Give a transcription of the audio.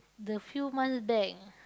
the few months back